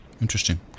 Interesting